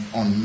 on